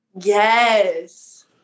Yes